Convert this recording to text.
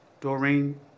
Doreen